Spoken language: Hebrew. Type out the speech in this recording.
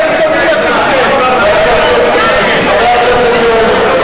אני קובע שסעיף 14 עבר כנוסח הוועדה.